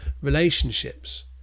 relationships